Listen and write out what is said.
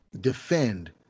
defend